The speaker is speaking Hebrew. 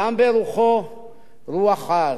גם ברוחו רוח עז.